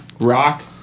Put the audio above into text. Rock